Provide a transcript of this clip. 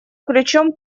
ключом